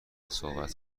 صحبت